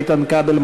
איתן כבל,